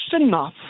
enough